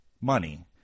money